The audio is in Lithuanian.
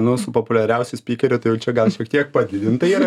nu su populiariausiu spykeriu tai jau čia gal šiek tiek padidinta yra